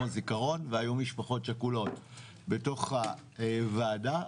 הזיכרון והיו משפחות שכולות בתוך הוועדה.